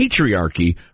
patriarchy